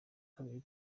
kabiri